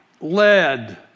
Lead